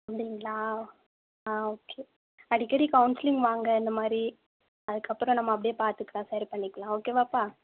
வந்தீங்களா ஆ ஓகே அடிக்கடி கவுன்சிலிங் வாங்க இந்த மாதிரி அதுக்கப்புறம் நம்ம அப்படே பார்த்துக்கலாம் சரி பண்ணிக்கலாம் ஓகேவாப்பா